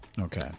Okay